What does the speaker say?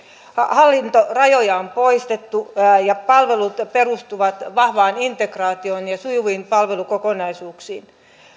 hallintorajoja on poistettu ja palvelut perustuvat vahvaan integraatioon ja ja sujuviin palvelukokonaisuuksiin